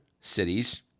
cities